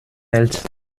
hältst